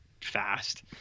fast